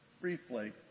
briefly